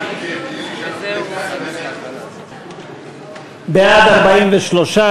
חד"ש רע"ם-תע"ל-מד"ע בל"ד להביע אי-אמון בממשלה לא נתקבלה.